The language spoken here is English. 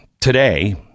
Today